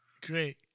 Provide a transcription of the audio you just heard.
great